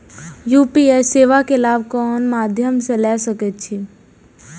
UPI सेवा के लाभ कोन मध्यम से ले सके छी?